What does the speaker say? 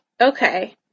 okay